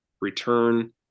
Return